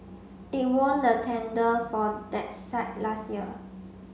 it won the tender for that site last year